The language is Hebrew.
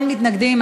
אין מתנגדים,